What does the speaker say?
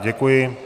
Děkuji.